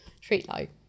treat-like